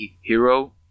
hero